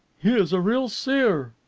he is a real seer.